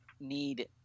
need